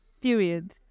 Period